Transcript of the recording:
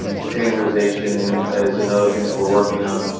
and containerization is another thing that we're working on.